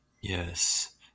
Yes